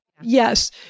Yes